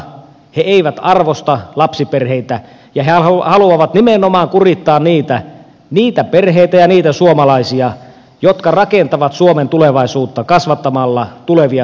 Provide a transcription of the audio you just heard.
he eivät arvosta lapsiperheitä ja he haluavat nimenomaan kurittaa niitä perheitä ja niitä suomalaisia jotka rakentavat suomen tulevaisuutta kasvattamalla tulevia sukupolvia